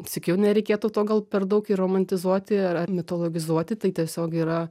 sykiu nereikėtų to gal per daug ir romantizuoti ar ar mitologizuoti tai tiesiog yra